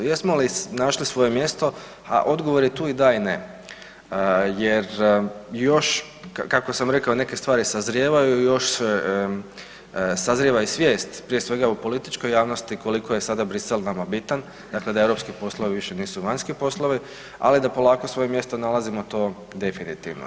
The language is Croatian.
Jesmo li našli svoje mjesto, ha odgovor je tu i da i ne jer još kako sam rekao neke stvari sazrijevaju, još sazrijeva i svijest prije svega u političkoj javnosti koliko je sada Bruxelles nama bitan, dakle da europski poslovi više nisu vanjski poslovi, ali da polako svoje mjesto nalazimo, to definitivno.